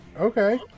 Okay